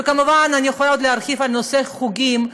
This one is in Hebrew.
וכמובן אני יכולה עוד להרחיב בנושא החוגים.